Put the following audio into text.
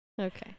Okay